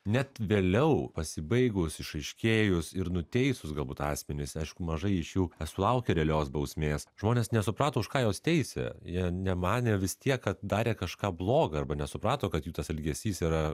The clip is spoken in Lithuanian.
net vėliau pasibaigus išaiškėjus ir nuteisus galbūt asmenys aišku mažai iš jų sulaukė realios bausmės žmonės nesuprato už ką juos teisė jie nemanė vis tiek kad darė kažką bloga arba nesuprato kad jų tas elgesys yra